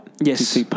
Yes